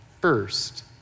first